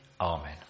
amen